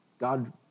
God